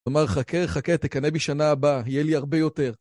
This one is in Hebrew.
אמר חכה חכה, תקנא בי שנה הבאה, יהיה לי הרבה יותר